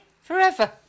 forever